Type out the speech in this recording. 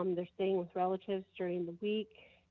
um they're staying with relatives during the week,